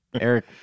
Eric